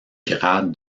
grade